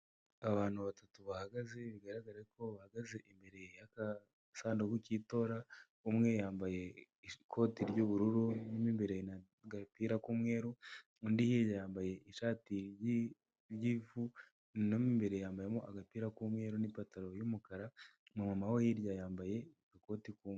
Abantu batatu bahagaze bigaragare ko bahagaze imbere y'agasanduku k'itora, umwe yambaye ikoti ry'ubururu, mu imbere yambaye agapira k'umweru, undi hirya yambaye ishati y'ivu ,no mu imbere yambaye agapira k'umweru n'ipataro y'umukara ,umu mama wo hirya yambaye ikoti k'umweru.